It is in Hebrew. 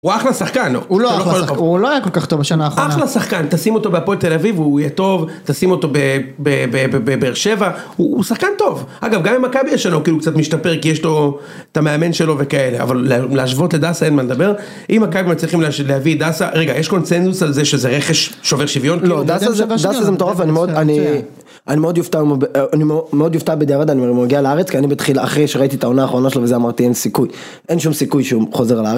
הוא אחלה שחקן. הוא לא אחלה שחק.. הוא לא היה כל כך טוב השנה האחרונה. אחלה שחקן, תשים אותו בהפועל תל אביב הוא יהיה טוב, תשים אותו ב.. ב, ב, בבאר שבע... הוא שחקן טוב. אגב, גם עם מכבי השנה הוא כאילו קצת משתפר כי יש לו את המאמן שלו וכאלה. אבל להשוות לדאסה אין מה לדבר. אם מכבי מצליחים להביא את דאסה... רגע, יש קונצנזוס על זה שזה רכש שובר שוויון כאילו? לא, דאסה זה... דאסה זה מטורף ואני מאוד.. אני... אני מאוד יופתע אם.. אני מאוד יופתע בדיעבד אני אומר, אם הוא יגיע לארץ. כי אני בתחילה, אחרי שראיתי את העונה האחרונה שלו וזה אמרתי אין סיכוי. אין שום סיכוי שהוא חוזר לארץ.